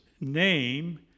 name